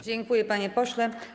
Dziękuję, panie pośle.